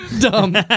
Dumb